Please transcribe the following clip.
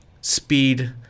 speed